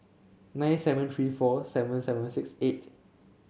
nine seven three four seven seven six eight